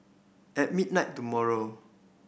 at midnight tomorrow